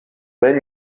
vent